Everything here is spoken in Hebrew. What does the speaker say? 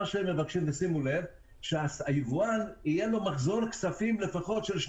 הם מבקשים שליבואן יהיה מחזור כספים של לפחות 2